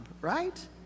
right